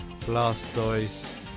Blastoise